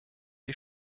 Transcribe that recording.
die